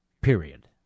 Period